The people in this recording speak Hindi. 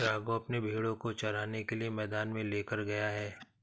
राघव अपने भेड़ों को चराने के लिए मैदान में लेकर गया है